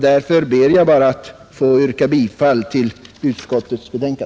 Därför ber jag bara att få yrka bifall till utskottets hemställan.